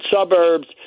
suburbs